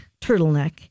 turtleneck